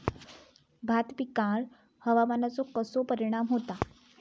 भात पिकांर हवामानाचो कसो परिणाम होता?